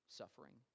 suffering